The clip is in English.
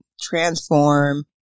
transform